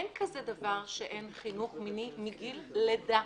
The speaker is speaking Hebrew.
אין כזה דבר שאין חינוך מיני מגיל לידה,